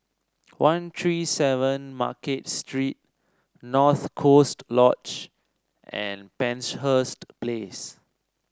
One Three Seven Market Street North Coast Lodge and Penshurst Place